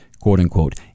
quote-unquote